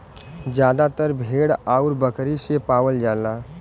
जादातर भेड़ आउर बकरी से पावल जाला